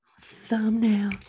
Thumbnail